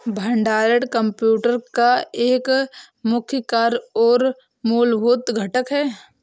भंडारण कंप्यूटर का एक मुख्य कार्य और मूलभूत घटक है